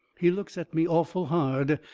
he looks at me awful hard,